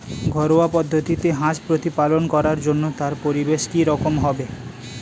ঘরোয়া পদ্ধতিতে হাঁস প্রতিপালন করার জন্য তার পরিবেশ কী রকম হবে?